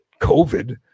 COVID